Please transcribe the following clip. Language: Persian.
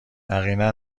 یقینا